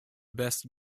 best